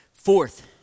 Fourth